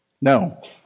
No